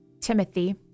Timothy